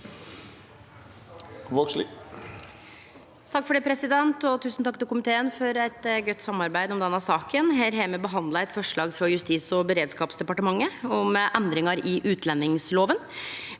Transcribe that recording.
og ordførar for saka): Tusen takk til komiteen for eit godt samarbeid om denne saka. Her har me behandla eit forslag frå Justis- og beredskapsdepartementet om endringar i utlendingslova,